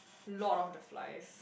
Lord-of-the-Flies